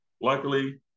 Luckily